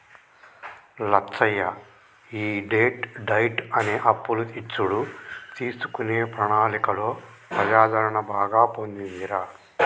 లచ్చయ్య ఈ debt diet అనే అప్పులు ఇచ్చుడు తీసుకునే ప్రణాళికలో ప్రజాదరణ బాగా పొందిందిరా